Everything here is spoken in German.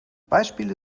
beispiele